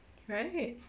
right